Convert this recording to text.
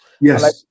Yes